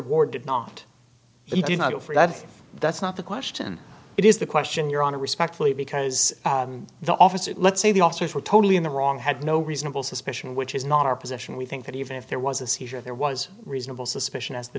ward did not i did not go for that that's not the question it is the question your honor respectfully because the officer let's say the officers were totally in the wrong had no reasonable suspicion which is not our position we think that even if there was a seizure there was reasonable suspicion as the